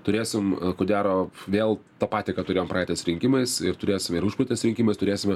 turėsim ko gero vėl tą patį ką turėjom praeitais rinkimais ir turėsim ir užpraitais rinkimais turėsime